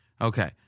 Okay